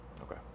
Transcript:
Okay